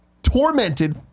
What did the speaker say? Tormented